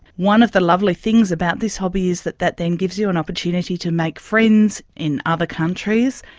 one of the lovely things about this hobby is that that then gives you an opportunity to make friends in other countries,